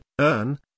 earn